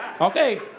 Okay